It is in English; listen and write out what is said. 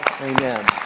Amen